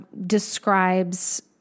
describes